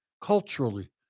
culturally